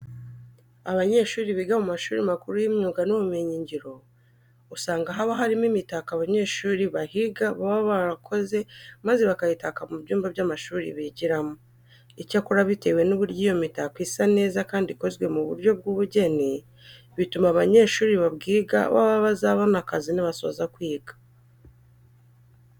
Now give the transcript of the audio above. Abanyeshuri biga mu mashuri makuru y'imyuga n'ubumenyingiro usanga haba harimo imitako abanyeshuri bahiga baba barakoze maze bakayitaka mu byumba by'amashuri bigiramo. Icyakora bitewe n'uburyo iyo mitako isa neza kandi ikozwe mu buryo bw'ubugeni, bituma abanyeshuri babwiga baba bazabona akazi nibasoza kwiga.